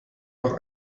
noch